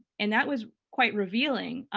and that was quite revealing.